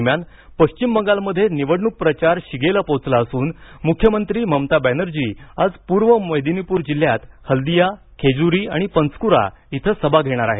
दरम्यान पश्चिम बंगालध्ये निवडणूक प्रचार शिगेला पोचला असून मुख्यमंत्री ममता बॅनर्जी आज पूर्व मेदिनीपूर जिल्ह्यात हल्दिया खेजूरी आणि पन्स्क्रा इथं सभा घेणार आहेत